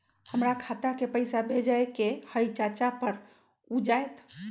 हमरा खाता के पईसा भेजेए के हई चाचा पर ऊ जाएत?